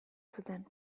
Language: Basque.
zuten